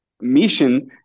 mission